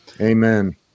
Amen